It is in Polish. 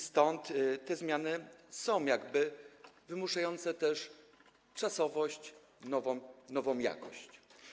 Stąd te zmiany są jakby wymuszające też czasowość, nową jakość.